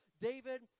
David